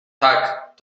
tak